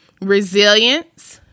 resilience